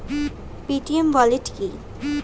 Paytm wallet কি?